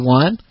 one